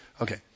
Okay